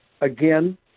Again